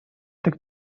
так